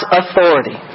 authority